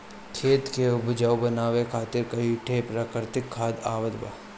खेत के उपजाऊ बनावे खातिर कई ठे प्राकृतिक खाद आवत बा